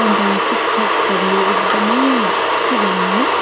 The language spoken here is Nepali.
अन्त शिक्षकहरू एकदमै के भन्नु है